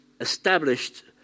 established